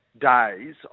days